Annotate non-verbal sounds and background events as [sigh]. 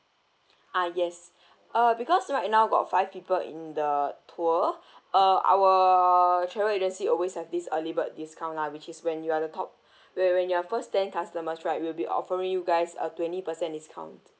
[breath] ah yes [breath] uh because right now got five people in the tour [breath] uh our travel agency always have this early bird discount lah which is when you are the top [breath] when when you are first ten customers right we will be offering you guys a twenty percent discount